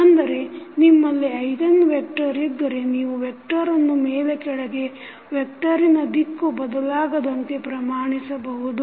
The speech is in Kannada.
ಅಂದರೆ ನಿಮ್ಮಲ್ಲಿ ಐಗನ್ ವೆಕ್ಟರ್ ಇದ್ದರೆ ನೀವು ವೆಕ್ಟರನ್ಮು ಮೇಲೆ ಕೆಳಗೆ ವೆಕ್ಟರಿನ ದಿಕ್ಕು ಬದಲಾಗದಂತೆ ಪ್ರಮಾಣಿಸಬಹುದು